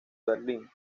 berlín